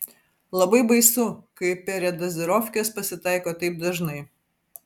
labai baisu kai peredazirofkės pasitaiko taip dažnai